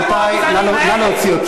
אני אמרתי דבר פשוט, אנא לצאת.